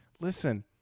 Listen